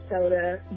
soda